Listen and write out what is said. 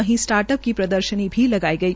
वहीं startup की प्रदर्शनी भी लगाई गई